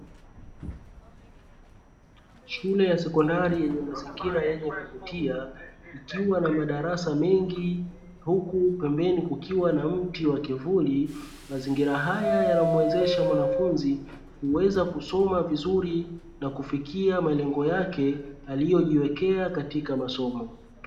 Shule ya sekondari yenye mazingira yenye kuvutia, ikiwa na madarasa mengi huku pembeni kukiwa na mti wa kivuli. Mazingira haya yanamwezesha mwanafunzi kuweza kusoma vizuri na kufikia malengo yake aliyojiwekea katika masomo.